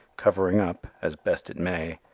covering up, as best it may,